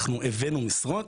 אנחנו הבאנו משרות